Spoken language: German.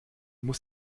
muss